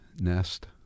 nest